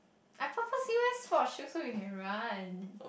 I purposely wear sports shoe so we can run